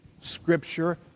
Scripture